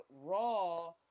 Raw